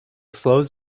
flows